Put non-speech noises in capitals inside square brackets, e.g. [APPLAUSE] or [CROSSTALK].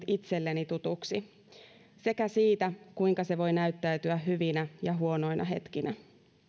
[UNINTELLIGIBLE] itselleni tutuksi sekä siitä kuinka ne voivat näyttäytyä hyvinä ja huonoina hetkinä